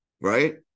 right